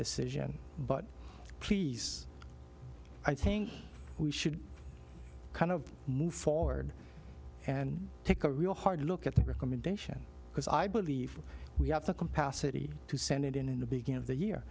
decision but please i think we should kind of move forward and take a real hard look at the recommendation because i believe we have the capacity to send it in the beginning of the year